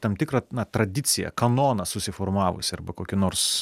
tam tikrą na tradiciją kanoną susiformavusį arba kokį nors